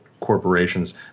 Corporations